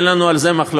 אין לנו על זה מחלוקת.